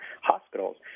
hospitals